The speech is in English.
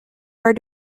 her